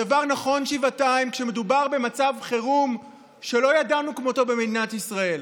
הדבר נכון שבעתיים כשמדובר במצב חירום שלא ידענו כמותו במדינת ישראל.